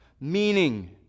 meaning